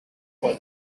for